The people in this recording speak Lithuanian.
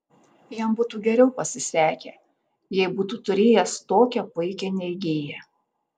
jam būtų geriau pasisekę jei būtų turėjęs tokią puikią neigėją